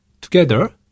together